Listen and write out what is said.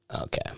okay